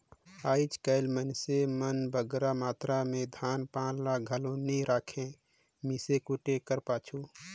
आएज काएल मइनसे मन बगरा मातरा में धान पान ल घलो नी राखें मीसे कूटे कर पाछू